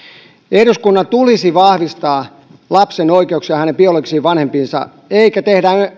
eduskunnan tulisi vahvistaa lapsen oikeuksia hänen biologisiin vanhempiinsa eikä tehdä